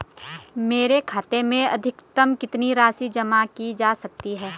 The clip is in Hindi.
मेरे खाते में अधिकतम कितनी राशि जमा की जा सकती है?